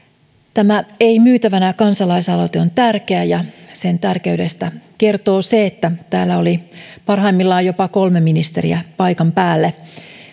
tämä ei myytävänä kansalaisaloite on tärkeä ja sen tärkeydestä kertoo se että täällä oli parhaimmillaan jopa kolme ministeriä paikan